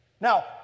Now